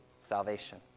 salvation